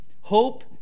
Hope